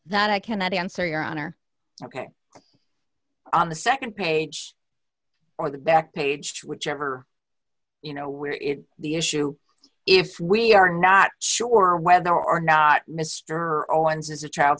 that i cannot answer your honor ok on the nd page or the back page whichever you know where it the issue if we are not sure whether or not mr owens is a child